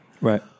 Right